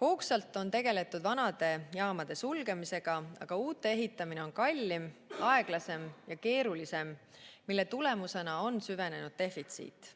Hoogsalt on tegeletud vanade jaamade sulgemisega, aga uute ehitamine on kallim, aeglasem ja keerulisem. Seetõttu on süvenenud defitsiit.